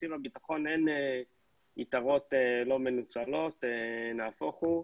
בתקציב הביטחון אין יתרות לא מנוצלות, נהפוך הוא,